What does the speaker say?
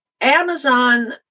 Amazon